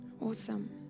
Awesome